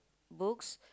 books